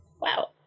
wow